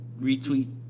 retweet